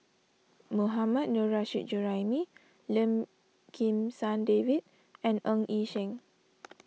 Mohammad Nurrasyid Juraimi Lim Kim San David and Ng Yi Sheng